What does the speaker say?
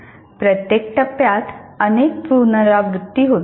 प्रत्येक टप्प्यात अनेक पुनरावृत्ती होते